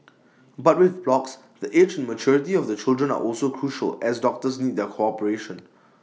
but with blocks the age and maturity of the children are also crucial as doctors need their cooperation